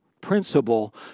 principle